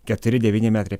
keturi devyni metrai